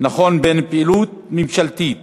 נכון בין פעילות ממשלתית